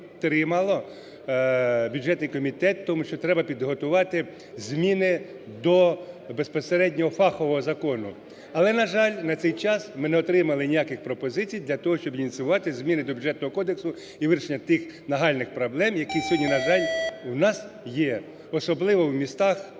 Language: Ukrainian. тому, що треба підготувати зміни до безпосередньо фахового закону. Але, на жаль, на цей час ми не отримали ніяких пропозицій для того, щоб ініціювати зміни до Бюджетного кодексу і вирішення тих нагальних проблем, які сьогодні, на жаль, у нас є, особливо в містах,